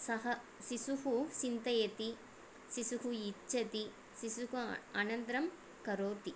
सः शिशुः चिन्तयति शिशुः इच्छति शिशुः अनन्तरं करोति